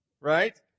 right